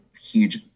huge